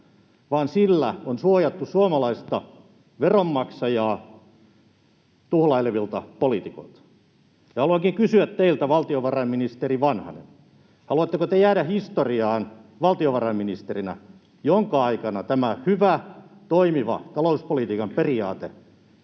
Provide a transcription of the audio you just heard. vaan sillä on suojattu suomalaista veronmaksajaa tuhlailevilta poliitikoilta. Haluankin kysyä teiltä, valtiovarainministeri Vanhanen: haluatteko te jäädä historiaan valtiovarainministerinä, jonka aikana tämä hyvä, toimiva talouspolitiikan periaate